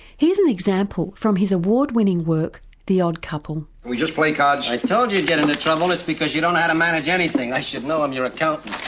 here's an example from his award-winning work the odd couple we just play cards. i told you you'd get into trouble it's because you don't know how to manage anything. i should know i'm your accountant.